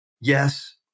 yes